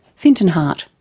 fintan harte.